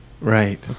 Right